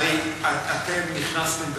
הרי אתם נכנסתם,